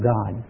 God